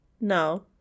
No